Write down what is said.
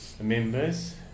members